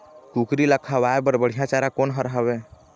कुकरी ला खवाए बर बढीया चारा कोन हर हावे?